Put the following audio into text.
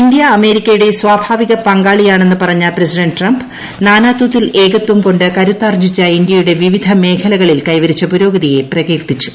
India അമേരിക്കയുടെ സ്വാഭാവിക പങ്കാളിയാണെന്ന് പറഞ്ഞ പ്രസിഡന്റ് ട്രംപ് നാനാത്വത്തിൽ ഏകത്വം കൊ് കരുത്താർജ്ജിച്ച ഇന്ത്യയുടെ വിവിധ മേഖലകളിൽ കൈവരിച്ച പുരോഗതിയെ പ്രകീർത്തിച്ചു